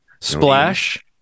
Splash